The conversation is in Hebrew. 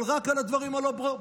אבל רק על הדברים הלא-פרודוקטיביים.